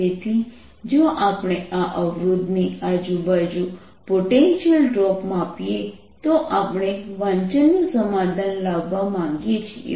તેથી જો આપણે આ અવરોધ ની આજુબાજુ પોટેન્શિયલ ડ્રોપ માપીએ તો આપણે વાંચનનું સમાધાન લાવવા માંગીએ છીએ